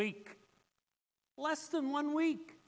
week less than one week